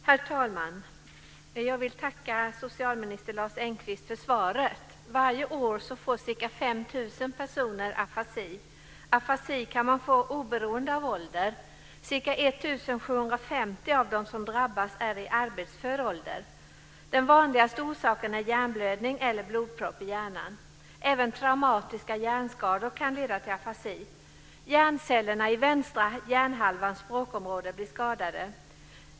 Herr talman! Jag vill tacka socialminister Lars Engqvist för svaret. Varje år får ca 5 000 personer afasi. Man kan få afasi oberoende av ålder. Ca 1 750 av dem som drabbas är i arbetsför ålder. Den vanligaste orsaken är hjärnblödning eller blodpropp i hjärnan. Även traumatiska hjärnskador kan leda till afasi. Hjärncellerna i vänstra hjärnhalvans språkområde blir skadade.